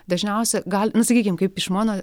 dažniausia gal nu sakykim kaip iš mano